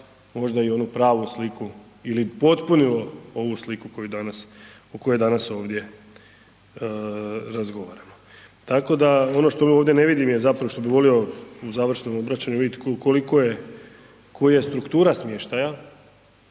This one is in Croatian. možda i onu pravu sliku ili potpunilo ovu sliku koju danas o kojoj danas ovdje razgovaramo. Tako da ono što ovdje ne vidim je zapravo što bi volio u završnom obraćanju vidjet koliko je, koja je struktura smještaja,